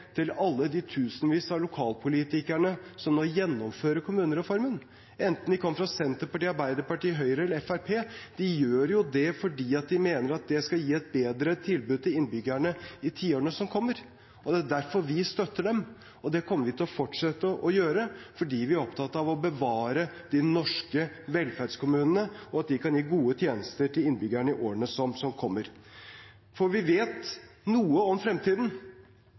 til de tusenvis av lokalpolitikere som nå gjennomfører kommunereformen? Enten de kommer fra Senterpartiet, Arbeiderpartiet, Høyre eller Fremskrittspartiet, så gjør de det fordi de mener at det vil gi et bedre tilbud til innbyggerne i tiårene som kommer. Det er derfor vi støtter dem, og det kommer vi til å fortsette å gjøre, fordi vi er opptatt av å bevare de norske velferdskommunene, og av at de kan gi gode tjenester til innbyggerne i årene som kommer. For vi vet noe om fremtiden,